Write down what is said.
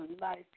life